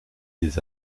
des